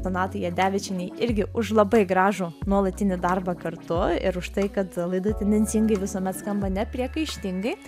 donatai jadevičienei irgi už labai gražų nuolatinį darbą kartu ir už tai kad laida tendencingai visuomet skamba nepriekaištingai